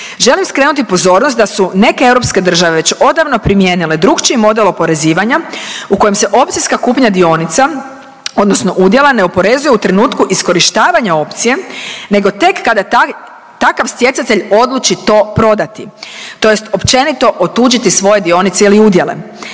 Želim skrenuti pozornost da su neke europske države već odavno primijenile drukčiji model oporezivanja u kojem se opcijska kupnja dionica odnosno udjela ne oporezuje u trenutku iskorištavanja opcije nego tek kada takav stjecatelj odluči to prodati, tj. općenito otuđiti svoje dionice ili udjele,